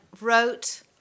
wrote